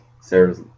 Sarah's